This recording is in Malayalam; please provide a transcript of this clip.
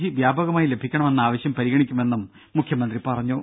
ജി വ്യാപകമായി ലഭ്യമാക്കണമെന്ന ആവശ്യം പരിഗണിക്കുമെന്നും മുഖ്യമന്ത്രി പറഞ്ഞു